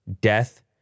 death